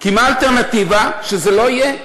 כי מה האלטרנטיבה, שזה לא יהיה?